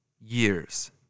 years